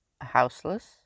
houseless